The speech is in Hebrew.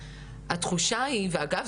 התחושה היא - ואגב,